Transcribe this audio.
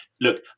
Look